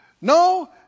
No